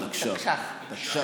תקש"ח, תקש"ח.